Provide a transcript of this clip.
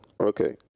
Okay